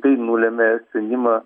tai nulėmė sprendimą